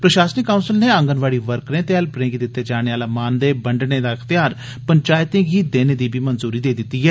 प्रषासनिक काउंसल नै आंगनवाड़ी वर्करें ते हेल्यरें गी दित्ते जाने आला मानदेह बंडने दा इख्तेयार पंचैतें गी देने दी मंजूरी बी देई दित्ती ऐ